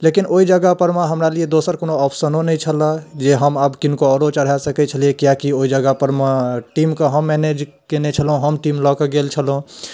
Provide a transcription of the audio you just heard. लेकिन ओहि जगह परमे हमरा लिए दोसर कोनो ऑप्शनो नहि छलऽ जे हम आब किनको आओरो चढ़ाए सकैत छलियै किएकि ओइ जगह परमे टीम कऽ हम मैनेज कयने छलहुँ हम टीम लऽ कऽ गेल छलहुँ